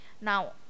now